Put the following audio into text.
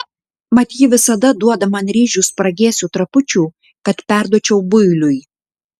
mat ji visada duoda man ryžių spragėsių trapučių kad perduočiau builiui